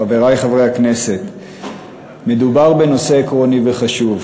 חברי חברי הכנסת, מדובר בנושא עקרוני וחשוב.